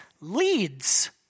leads